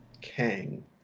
Kang